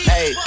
Hey